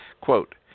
quote